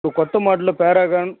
ఇప్పుడు కొత్తమోడల్లో పారాగాన్